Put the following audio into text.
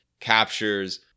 captures